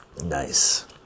Nice